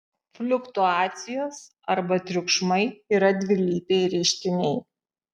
fliuktuacijos arba triukšmai yra dvilypiai reiškiniai